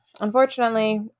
Unfortunately